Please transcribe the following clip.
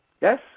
yes